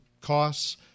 costs